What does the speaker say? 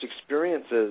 experiences